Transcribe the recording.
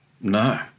no